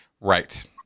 Right